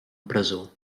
presó